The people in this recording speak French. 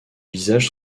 visage